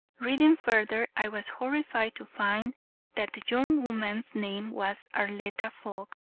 reading further, i was horrified to find that the young woman's name was arletta fogg,